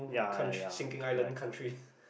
yeah yeah yeah correct